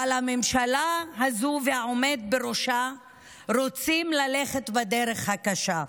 אבל הממשלה הזאת והעומד בראשה רוצים ללכת בדרך הקשה,